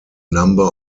number